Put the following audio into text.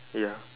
ya